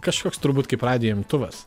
kažkoks turbūt kaip radijo imtuvas